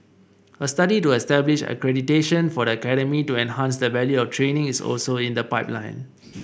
a study to establish accreditation for the academy to enhance the value of training is also in the pipeline